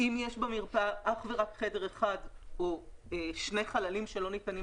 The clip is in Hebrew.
אם יש במרפאה אך ורק חדר אחד או שני חללים שלא ניתנים